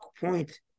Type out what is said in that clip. point